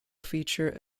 feature